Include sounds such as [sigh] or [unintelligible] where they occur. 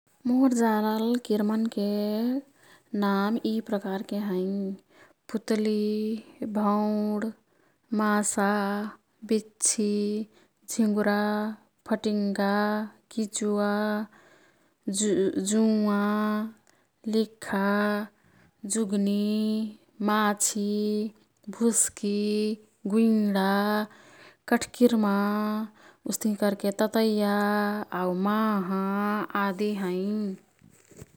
मोर् जानल किर्मनके नाम यी प्रकारके हैं। पुतली, भौंण, मासा, बिच्छी, झिंगुरा, फटिन्गा, किचुवा, [unintelligible] जुंवा, लिख्खा, जुग्नी, माछी, भुस्की, गुइंडा, कठ्किर्मा, उस्तिही कर्के ततैया आऊ माहा आदि हैं।